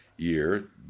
year